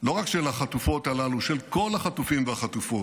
לא רק של החטופות הללו, של כל החטופים והחטופות